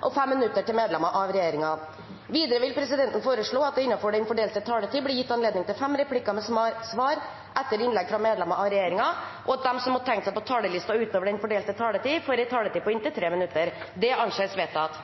inntil fem replikker med svar etter innlegg fra medlemmer av regjeringen, og at de som måtte tegne seg på talerlisten utover den fordelte taletid, får en taletid på inntil 3 minutter. – Dette anses vedtatt.